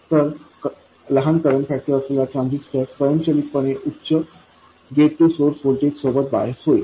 तर लहान current factor असलेला ट्रान्झिस्टर स्वयंचलितपणे उच्च गेट टु सोर्स व्होल्टेज सोबत बायस होईल